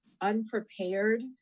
unprepared